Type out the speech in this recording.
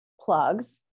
plugs